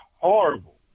horrible